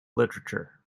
literature